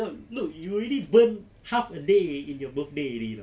work not you already burn half a day in your birthday already [tau]